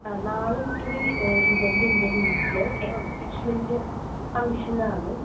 ആ നാളെ എനിക്ക് ഒരു ഇവൻ്റ് ഉണ്ട് വീട്ടിൽ എൻഗേജ്മെൻ്റ് ഫങ്ക്ഷനാണ്